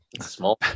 Small